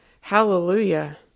Hallelujah